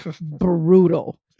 brutal